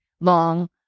long